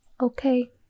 Okay